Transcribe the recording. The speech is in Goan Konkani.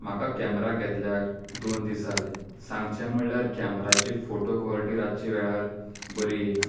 म्हाका केमेरा घेतल्यार दोन दीस जाले सांगचे म्हळ्यार केमेराची फोटो क्वालिटी रातची वेळार बरी येयना